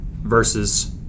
versus